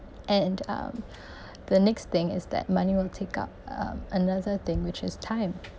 and um the next thing is that money will take up um another thing which is time